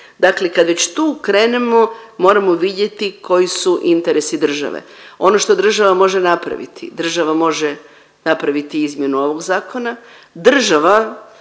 Dakle, kad već tu krenemo moramo vidjeti koji su interesi države, ono što država može napraviti, država može napraviti izmjenu ovog zakona, država